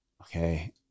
okay